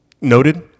noted